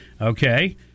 Okay